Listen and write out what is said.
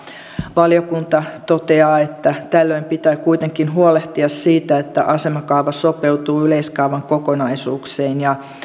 valiokunta toteaa että tällöin pitää kuitenkin huolehtia siitä että asemakaava sopeutuu yleiskaavan kokonaisuuksiin ja